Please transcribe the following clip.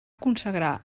consagrar